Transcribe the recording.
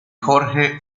jorge